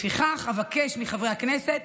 לפיכך אבקש מחברי הכנסת